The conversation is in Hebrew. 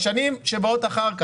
בשנים שבאות אחר כך,